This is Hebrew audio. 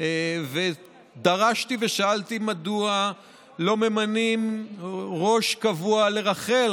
ודרשתי ושאלתי מדוע לא ממנים ראש קבוע לרח"ל,